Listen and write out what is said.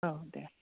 औ दे